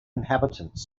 inhabitants